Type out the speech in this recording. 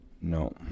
no